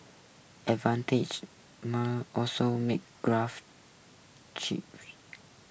also makes graphics chips